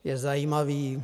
Je zajímavý?